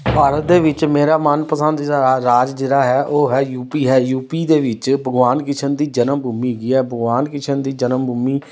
ਭਾਰਤ ਦੇ ਵਿੱਚ ਮੇਰਾ ਮਨਪਸੰਦ ਜਿਹੜਾ ਰਾਜ ਜਿਹੜਾ ਹੈ ਉਹ ਹੈ ਯੂ ਪੀ ਹੈ ਯੂ ਪੀ ਦੇ ਵਿੱਚ ਭਗਵਾਨ ਕ੍ਰਿਸ਼ਨ ਦੀ ਜਨਮ ਭੂਮੀ ਹੈਗੀ ਹੈ ਭਗਵਾਨ ਕ੍ਰਿਸ਼ਨ ਦੀ ਜਨਮ ਭੂਮੀ